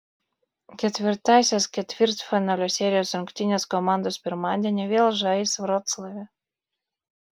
ketvirtąsias ketvirtfinalio serijos rungtynes komandos pirmadienį vėl žais vroclave